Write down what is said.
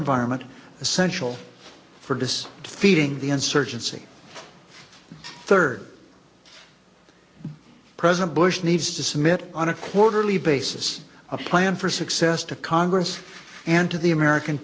environment essential for disks feeding the insurgency third president bush needs to submit on a quarterly basis of plan for success to congress and to the american